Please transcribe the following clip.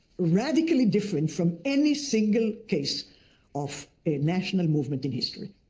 radically different from any single case of a national movement in history.